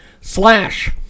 slash